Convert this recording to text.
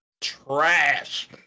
trash